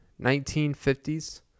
1950s